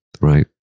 right